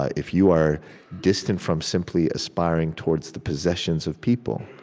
ah if you are distant from simply aspiring towards the possessions of people,